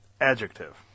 adjective